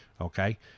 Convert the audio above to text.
okay